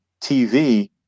TV